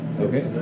Okay